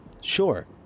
Sure